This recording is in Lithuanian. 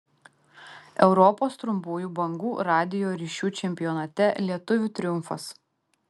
europos trumpųjų bangų radijo ryšių čempionate lietuvių triumfas